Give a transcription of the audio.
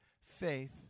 Faith